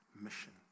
mission